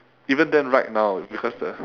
even then right now because the